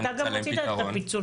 אתה גם רצית את הפיצול.